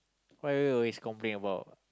what you always complain about